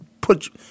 put